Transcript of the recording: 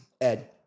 Ed